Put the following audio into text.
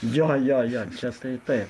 jo jo jo čia tai taip